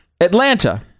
Atlanta